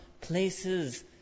places